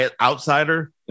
outsider